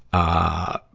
ah,